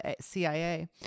CIA